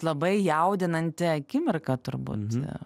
labai jaudinanti akimirka turbūt